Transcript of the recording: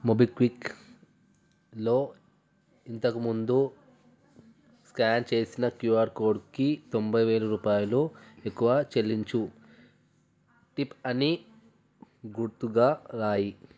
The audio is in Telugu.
మోబిక్విక్లో ఇంతకు ముందు స్క్యాన్ చేసిన క్యూఆర్ కోడ్కి తొంభై వేల రూపాయలు ఎక్కువ చెల్లించు టిప్ అని గుర్తుగా రాయి